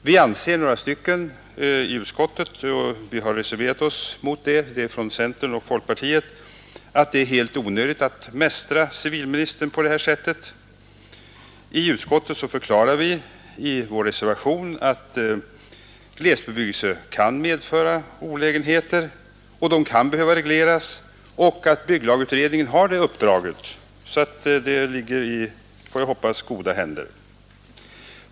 Centerpartiets och folkpartiets representanter i utskottet har reserverat sig och anser att det är helt onödigt att nu mästra civilministern på detta sätt. I reservationen förklarar vi att oreglerad glesbebyggelse kan medföra olägenheter och att reglering därför kan behövas men att bygglagutredningen har det uppdraget. Det ligger således, hoppas jag, i goda händer.